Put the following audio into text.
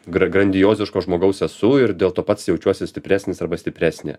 gra grandioziško žmogaus esu ir dėl to pats jaučiuosi stipresnis arba stipresnė